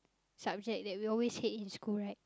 subject that we always hate in school right